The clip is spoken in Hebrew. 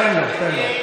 תן לו.